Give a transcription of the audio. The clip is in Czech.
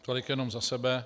Tolik jenom za sebe.